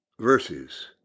Verses